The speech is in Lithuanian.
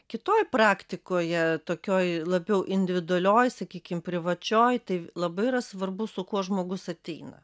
kitoj praktikoje tokioj labiau individualioj sakykim privačioj tai labai yra svarbu su kuo žmogus ateina